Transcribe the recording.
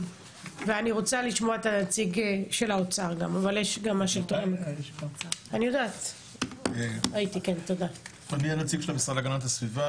ואני רוצה לשמוע גם את נציג האוצר אני הנציג של המשרד להגנת הסביבה,